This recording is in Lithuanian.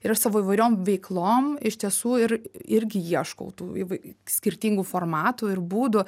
ir aš savo įvairiom veiklom iš tiesų ir irgi ieškau tų įvai skirtingų formatų ir būdų